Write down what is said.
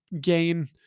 gain